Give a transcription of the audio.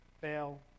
fail